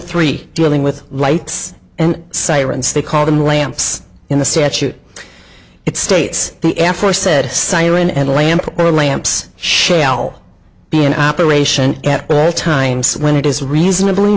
three dealing with lights and sirens they call them lamps in the statute it states the air force said siren and lamp or lamps shall be in operation at all times when it is reasonabl